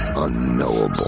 unknowable